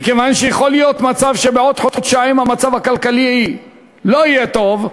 מכיוון שיכול להיות מצב שבעוד חודשיים המצב הכלכלי לא יהיה טוב,